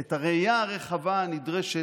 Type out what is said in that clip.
ואת הראייה הרחבה הנדרשת,